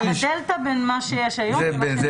הדלתא בין מה שיש היום לבין --- היא